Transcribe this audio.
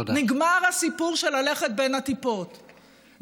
נגמר הסיפור של ללכת בין הטיפות,